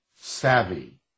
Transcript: savvy